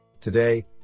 Today